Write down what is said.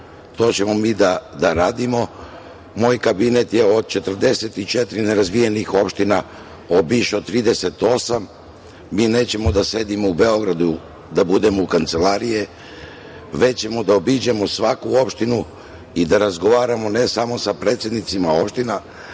to ćemo mi da radimo. Moj kabinet je od 44 nerazvijenih opštine obišao 38, mi nećemo da sedimo u Beogradu da budemo u kancelariji, već ćemo da obiđemo svaku opštinu i da razgovaramo, ne samo sa predsednicima opština,